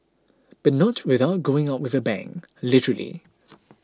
but not without going out with a bang literally